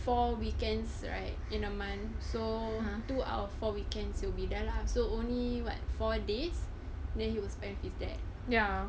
four weekends right in a month so two out of four weekends he will be there lah so only what four days then he will spend with that